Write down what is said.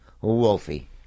Wolfie